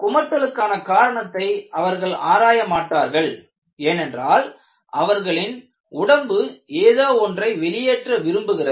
குமட்டலுக்கான காரணத்தை அவர்கள் ஆராய மாட்டார்கள் ஏனென்றால் அவர்களின் உடம்பு ஏதோ ஒன்றை வெளியேற்ற விரும்புகிறது